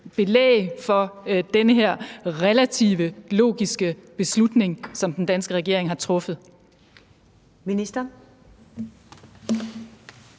belæg er for den her relativt logiske beslutning, som den danske regering har truffet. Kl.